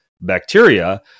bacteria